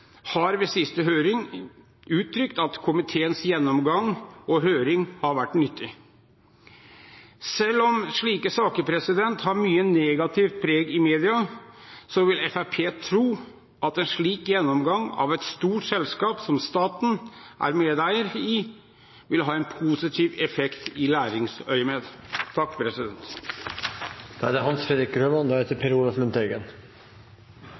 selv ved siste høring uttrykte at komiteens gjennomgang og høring har vært nyttig. Selv om slike saker har mye negativt preg i media, vil Fremskrittspartiet tro at en slik gjennomgang av et stort selskap som staten er medeier i, vil ha en positiv effekt i læringsøyemed. Saken vi har til drøfting i dag, dreier seg først og fremst om hvilken eierstyring det